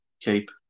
Keep